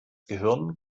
gehirn